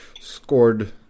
scored